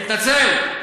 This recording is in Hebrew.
דקה, תתנצל.